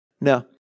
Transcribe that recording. Now